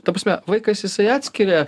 ta prasme vaikas jisai atskiria